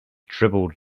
dribbled